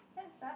that suck